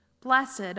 Blessed